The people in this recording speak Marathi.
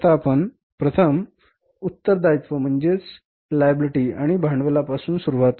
तर आता आपण प्रथम उत्तरदायित्व आणि भांडवलापासून प्रारंभ करू